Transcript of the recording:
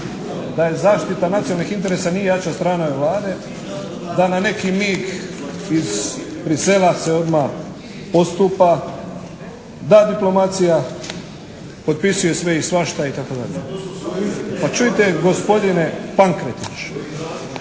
da je zaštita nacionalnih interesa nije jača strana ove Vlade, da na neki mig iz Bruxellesa se odmah postupa da diplomacija potpisuje sve i svašta itd. Pa čujte gospodine Pankretić,